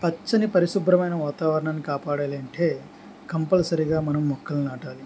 పచ్చని పరిశుభ్రమైన వాతావరణాన్ని కాపాడాలంటే కంపల్సరీగా మనం మొక్కలు నాటాలి